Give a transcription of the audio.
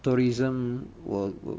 tourism will wor~